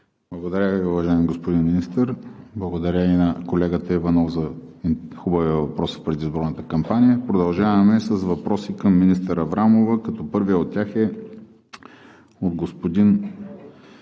Благодаря Ви, уважаеми господин Министър. Благодаря и на колегата Иванов за хубавия въпрос в предизборната кампания. Продължаваме с въпроси към министър Аврамова, като първият от тях е от господин